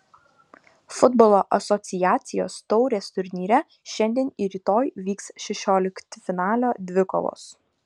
futbolo asociacijos taurės turnyre šiandien ir rytoj vyks šešioliktfinalio dvikovos